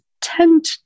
tend